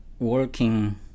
working